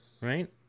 Right